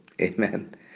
Amen